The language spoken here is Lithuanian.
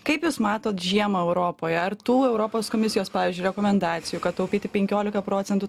kaip jūs matot žiemą europoje ar tų europos komisijos pavyzdžiui rekomendacijų kad taupyti penkiolika procentų